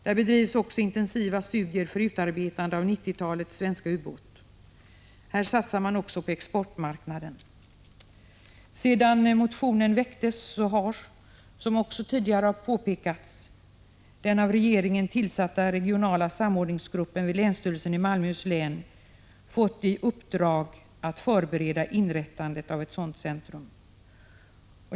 Där bedrivs också intensiva studier för utarbetande av 90-talets svenska utbåt. Här satsar man också på exportmarknaden. Sedan motionen väcktes har, som också tidigare har påpekats, den av regeringen tillsatta regionala samordningsgruppen vid länsstyrelsen i Malmöhus län fått i uppdrag att förbereda inrättandet av ett sådant centrum.